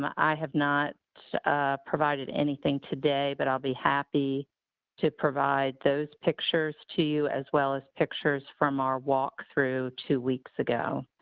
i have not provided anything today, but i'll be happy to provide those pictures to you as well as pictures from our walk through two weeks ago.